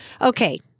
Okay